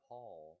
Paul